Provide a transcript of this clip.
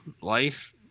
life